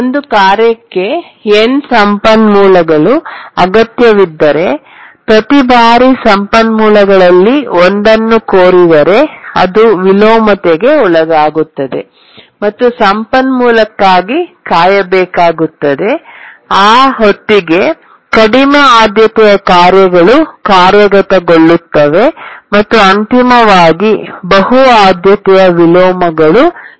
ಒಂದು ಕಾರ್ಯಕ್ಕೆ n ಸಂಪನ್ಮೂಲಗಳು ಅಗತ್ಯವಿದ್ದರೆ ಮತ್ತು ಪ್ರತಿ ಬಾರಿ ಸಂಪನ್ಮೂಲಗಳಲ್ಲಿ ಒಂದನ್ನು ಕೋರಿದರೆ ಅದು ವಿಲೋಮತೆಗೆ ಒಳಗಾಗುತ್ತದೆ ಮತ್ತು ಸಂಪನ್ಮೂಲಕ್ಕಾಗಿ ಕಾಯಬೇಕಾಗುತ್ತದೆ ಮತ್ತು ಆ ಹೊತ್ತಿಗೆ ಕಡಿಮೆ ಆದ್ಯತೆಯ ಕಾರ್ಯಗಳು ಕಾರ್ಯಗತಗೊಳ್ಳುತ್ತವೆ ಮತ್ತು ಅಂತಿಮವಾಗಿ ಬಹು ಆದ್ಯತೆಯ ವಿಲೋಮಗಳು ಸಂಭವಿಸುತ್ತವೆ